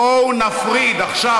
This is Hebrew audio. בואו נפריד עכשיו,